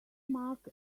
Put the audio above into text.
mark